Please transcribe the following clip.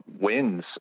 wins